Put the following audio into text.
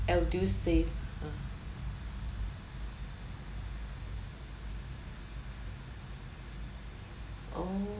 edusave ah oh